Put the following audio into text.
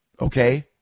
Okay